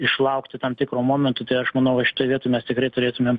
išlaukti tam tikro momento tai aš manau va šitoj vietoj mes tikrai turėtumėm